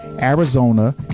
Arizona